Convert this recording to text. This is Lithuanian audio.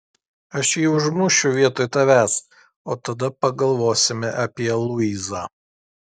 aš jį užmušiu vietoj tavęs o tada pagalvosime apie luizą